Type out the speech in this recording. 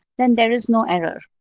then there is no error.